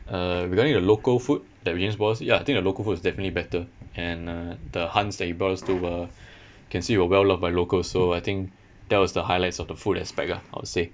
uh regarding the local food that james brought us ya I think the local food is definitely better and uh the hunts they brought us to were can see were well loved by locals so I think that was the highlights of the food aspect lah I would say